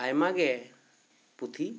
ᱟᱭᱢᱟ ᱜᱮ ᱯᱩᱛᱷᱤ